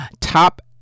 Top